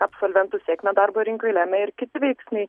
absolventų sėkmę darbo rinkoj lemia ir kiti veiksniai